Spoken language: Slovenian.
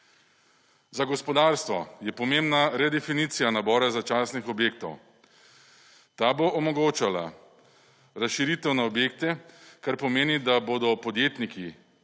Za gospodarstvo je pomembna redefinicija nabora začasnih objektov. Ta bo omogočala razširitev na objekte, kar pomeni, da bodo podjetniki